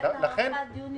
לכן אנחנו צריכים לומר